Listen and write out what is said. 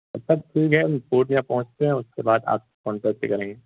اچھا ٹھیک ہے ہم پورنیہ پہنچتے ہیں اس کے بعد آپ سے کانٹیکٹ کریں گے